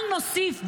אל נוסיף.